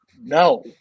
no